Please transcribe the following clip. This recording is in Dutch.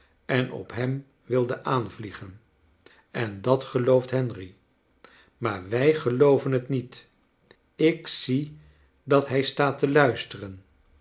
en op hem wilde aanvliegen en dat gelooft henry maar wij gelooven t niet ik zie dat hij staat te luisteren